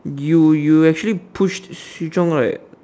you you actually pushed she drunk right